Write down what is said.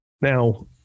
Now